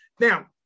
Now